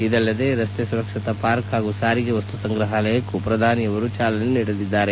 ಇದಲ್ಲದೆ ರಸ್ತೆ ಸುರಕ್ಷತಾ ಪಾರ್ಕ್ ಹಾಗೂ ಸಾರಿಗೆ ವಸ್ತು ಸಂಗ್ರಹಾಲಯಕ್ಕೂ ಪ್ರಧಾನಿಯವರು ಚಾಲನೆ ನೀಡಲಿದ್ದಾರೆ